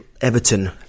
Everton